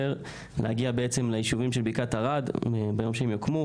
להגיע לישובים של בקעת ארד ביום שהם יוקמו.